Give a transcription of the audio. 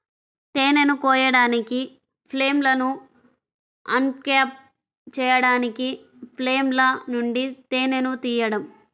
తేనెను కోయడానికి, ఫ్రేమ్లను అన్క్యాప్ చేయడానికి ఫ్రేమ్ల నుండి తేనెను తీయడం